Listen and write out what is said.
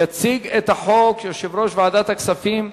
יציג את החוק יושב-ראש ועדת הכספים,